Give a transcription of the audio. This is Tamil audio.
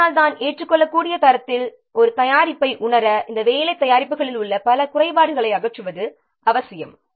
அதனால்தான் ஏற்றுக்கொள்ளக்கூடிய தரத்தின் ஒரு தயாரிப்பை உணர இந்த வேலை தயாரிப்புகளில் உள்ள பல குறைபாடுகளை அகற்றுவது அவசியம்